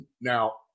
Now